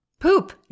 Poop